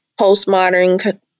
postmodern